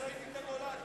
ראיתי את הנולד,